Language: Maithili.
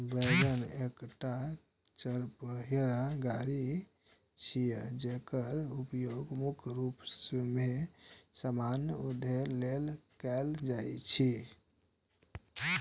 वैगन एकटा चरपहिया गाड़ी छियै, जेकर उपयोग मुख्य रूप मे सामान उघै लेल कैल जाइ छै